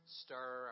stir